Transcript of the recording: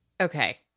Okay